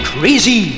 Crazy